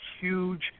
huge –